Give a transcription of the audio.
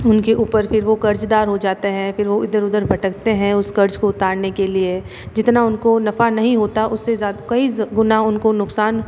उनके ऊपर फिर वो कर्ज़दार हो जातें हैं फिर वो इधर उधर भटकतें हैं उस कर्ज़ को उतारने के लिए जितना उनको नफा नही होता उससे कई गुना उनको नुकसान